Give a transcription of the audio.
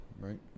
right